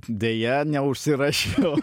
deja neužsirašiau